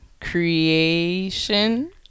Creation